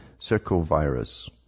circovirus